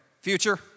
future